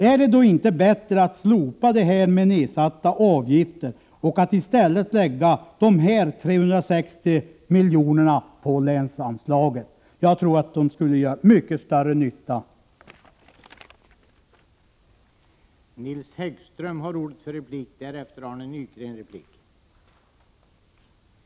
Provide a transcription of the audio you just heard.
Är det då inte bättre att slopa tanken på nedsatta avgifter och i stället lägga de 360 miljonerna på länsanslaget? Jag tror att de skulle göra mycket större nytta där.